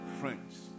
friends